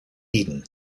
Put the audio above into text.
eden